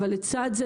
אבל לצד זה,